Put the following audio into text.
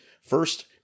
First